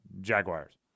Jaguars